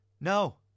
No